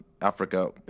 Africa